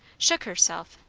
shook herself,